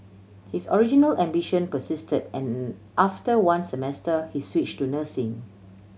his original ambition persisted and after one semester he switch to nursing